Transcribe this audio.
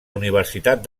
universitat